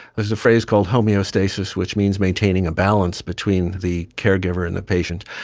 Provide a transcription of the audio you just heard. there's a phrase called homoeostasis which means maintaining a balance between the caregiver and the patient,